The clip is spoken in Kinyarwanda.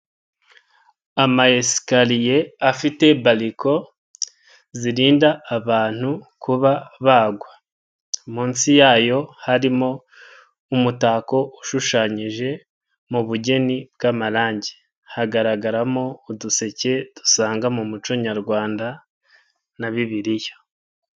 Ama esikariye afite baliko zirinda abantu kuba bagwa. Munsi yayo harimo umutako ushushanyije mu bugeni bw'amarangi hagaragaramo uduseke dusanga mu muco nyarwanda na Bibiliya.